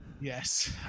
yes